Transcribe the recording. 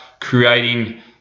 creating